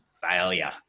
failure